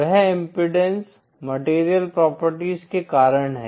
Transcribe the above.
वह impedance material properties के कारण है